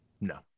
No